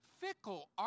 fickle